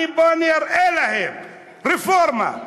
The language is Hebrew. אני, בוא אני אראה להם: רפורמה.